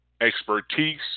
expertise